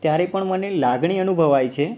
ત્યારે પણ મને લાગણી અનુભવાય છે